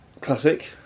classic